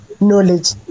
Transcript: knowledge